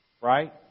right